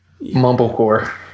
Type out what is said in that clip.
Mumblecore